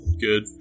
Good